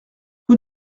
rue